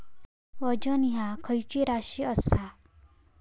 वजन ह्या खैची राशी असा?